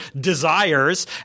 desires